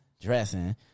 dressing